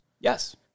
Yes